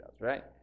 right